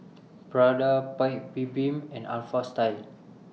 Prada Paik's Bibim and Alpha Style